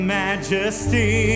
majesty